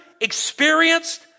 experienced